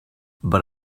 but